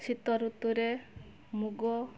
ଶୀତଋତୁରେ ମୁଗ